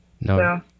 No